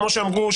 כמו שאמרו,